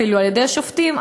אפילו על-ידי השופטים,